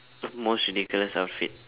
most ridiculous outfit